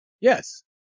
Yes